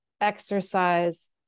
exercise